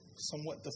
Somewhat